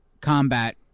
combat